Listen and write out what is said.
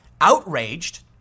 outraged